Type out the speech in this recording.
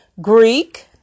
Greek